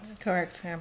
correct